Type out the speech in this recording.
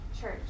church